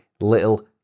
little